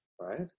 right